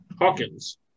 Hawkins